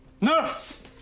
Nurse